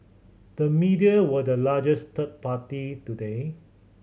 the media were the largest third party today